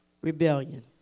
Rebellion